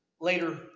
later